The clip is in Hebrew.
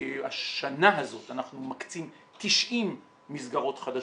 השנה הזאת אנחנו מקצים 90 מסגרות חדשות,